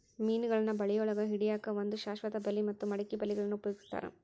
ಮೇನಗಳನ್ನ ಬಳಿಯೊಳಗ ಹಿಡ್ಯಾಕ್ ಒಂದು ಶಾಶ್ವತ ಬಲಿ ಮತ್ತ ಮಡಕಿ ಬಲಿಗಳನ್ನ ಉಪಯೋಗಸ್ತಾರ